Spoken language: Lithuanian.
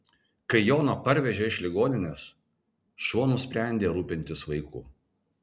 kai joną parvežė iš ligoninės šuo nusprendė rūpintis vaiku